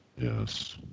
Yes